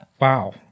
Wow